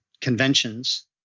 conventions